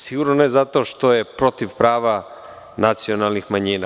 Sigurno ne zato što je protiv prava nacionalnih manjina.